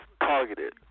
targeted